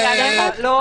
לא.